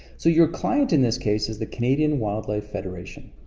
so your client in this case is the canadian wildlife federation,